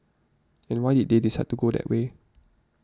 and why did they decide to go that way